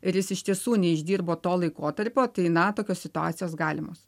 ir jis iš tiesų neišdirbo to laikotarpio tai na tokios situacijos galimos